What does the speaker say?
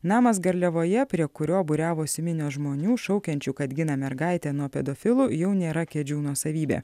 namas garliavoje prie kurio būriavosi minios žmonių šaukiančių kad gina mergaitę nuo pedofilų jau nėra kedžių nuosavybė